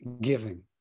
giving